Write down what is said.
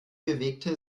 bewegte